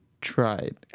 tried